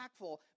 impactful